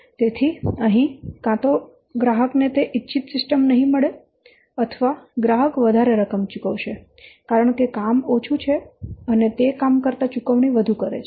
તેથી અહીં કાં તો ગ્રાહક ને તે ઇચ્છિત સિસ્ટમ નહીં મળે અથવા ગ્રાહક વધારે રકમ ચૂકવશે કારણ કે કામ ઓછું છે અને તે કામ કરતાં ચૂકવણી વધુ કરે છે